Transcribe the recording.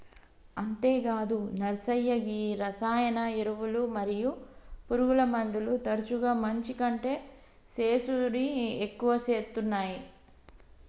అంతేగాదు నర్సయ్య గీ రసాయన ఎరువులు మరియు పురుగుమందులు తరచుగా మంచి కంటే సేసుడి ఎక్కువ సేత్తునాయి